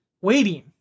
waiting